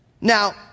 Now